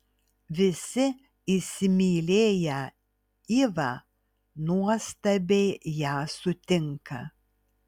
visi įsimylėję ivą nuostabiai ją sutinka